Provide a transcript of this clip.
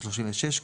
ו-36,